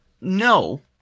no